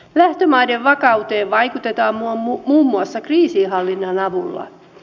lähtömaiden vakauteen vaikutetaan muun muassa kriisinhallinnan avulla